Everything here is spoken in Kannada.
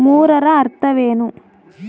ಮೂರರ ಅರ್ಥವೇನು?